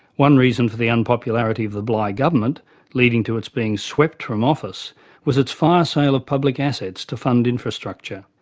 one reason for the unpopularity of the bligh government leading to it being swept from office was its fire sale of public assets to fund infrastructure.